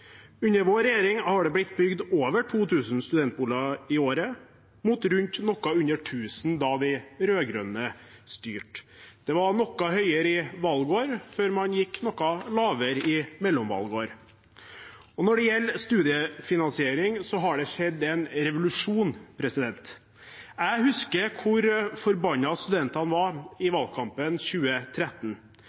Under vår regjering har det blitt bygd over 2 000 studentboliger i året, mot rundt litt under 1 000 da de rød-grønne styrte. Det var noe høyere i valgår, før man gikk noe lavere i mellomvalgår. Når det gjelder studiefinansiering, har det skjedd en revolusjon. Jeg husker hvor forbannet studentene var i valgkampen 2013.